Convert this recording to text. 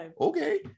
okay